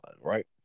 right